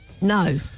No